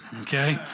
Okay